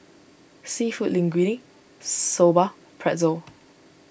Seafood Linguine Soba Pretzel